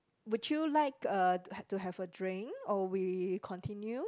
would you like uh to to have a drink or we continue